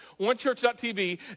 Onechurch.tv